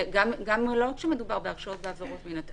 גם כשלא מדובר בהרשעות בעבירות מין.